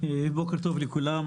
בוקר טוב לכולם,